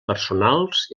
personals